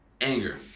Anger